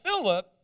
Philip